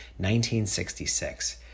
1966